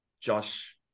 Josh